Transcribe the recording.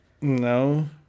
No